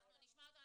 אנחנו נשמע אותו.